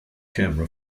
camera